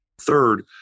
Third